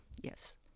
yes